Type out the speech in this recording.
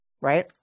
right